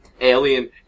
Alien